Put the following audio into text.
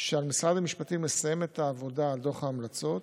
שעל משרד המשפטים ליישם את העבודה על דוח ההמלצות